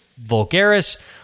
vulgaris